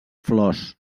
flors